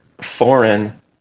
foreign